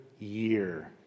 year